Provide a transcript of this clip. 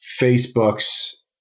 Facebook's